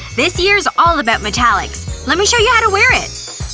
this year's all about metallics. lemme show you how to wear it.